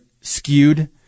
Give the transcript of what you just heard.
skewed